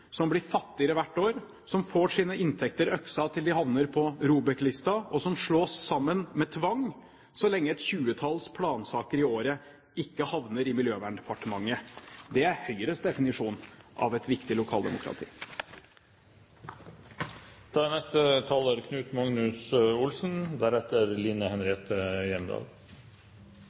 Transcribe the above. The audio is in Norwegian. havner på ROBEK-listen, og som slås sammen med tvang så lenge et tyvetalls plansaker i året ikke havner i Miljøverndepartementet. Det er Høyres definisjon av et viktig lokaldemokrati. Denne saken dreier seg i stor grad om mange av de samme temaene som var oppe da